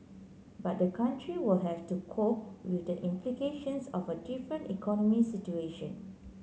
but the country will have to cope with the implications of a different economic situation